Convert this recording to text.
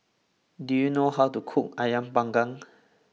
do you know how to cook Ayam Panggang